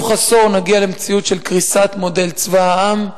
בתוך עשור נגיע למציאות של קריסת מודל צבא העם.